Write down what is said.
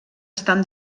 estan